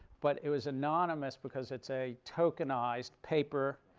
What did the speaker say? but it was anonymous because it's a tokenized paper.